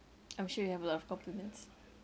I'm sure you have a lot of compliments